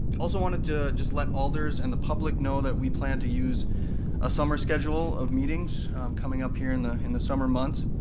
also wanted to just let alders and the public know that we plan to use a summer schedule of meetings coming up here in the in the summer months,